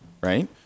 right